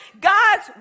God's